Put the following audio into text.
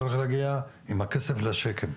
צריך להגיע עם הכסף לשקם,